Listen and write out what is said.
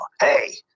hey